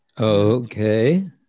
Okay